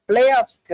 Playoffs